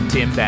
Tim